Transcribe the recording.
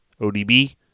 ODB